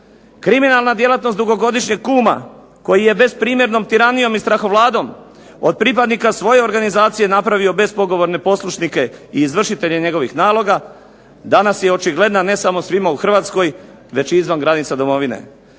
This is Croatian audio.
Kriminalna djelatnost dugogodišnjeg "kuma" koji je besprimjernom tiranijom i strahovladom od pripadnika svoje organizacije napravio bespogovorne poslušnike i izvršitelje njegovih naloga, danas je očigledna ne samo svima u Hrvatskoj već i izvan granica Domovine.